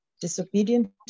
disobedient